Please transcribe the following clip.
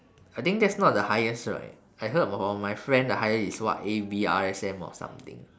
I think that's not the highest right I heard from my friend the highest is what A_B_R_S_M or something